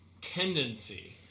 tendency